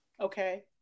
Okay